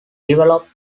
developed